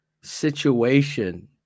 situation